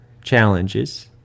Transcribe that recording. challenges